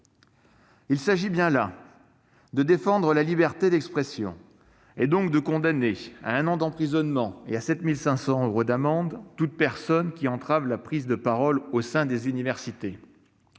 Il s'agit bien là de défendre la liberté d'expression, donc de condamner à un an d'emprisonnement et à 7 500 euros d'amende toute personne qui entrave la prise de parole au sein des universités